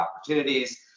opportunities